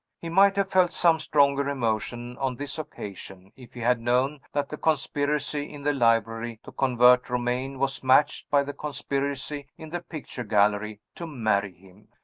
he might have felt some stronger emotion on this occasion, if he had known that the conspiracy in the library to convert romayne was matched by the conspiracy in the picture gallery to marry him.